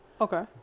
Okay